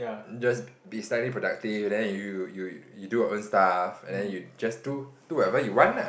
just be slightly productive then you you you do your own stuff and then you just do do whatever you want ah